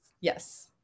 Yes